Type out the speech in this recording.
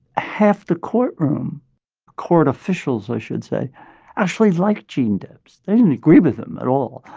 half the courtroom court officials, i should say actually liked gene debs. they didn't agree with him at all,